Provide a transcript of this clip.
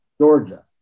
Georgia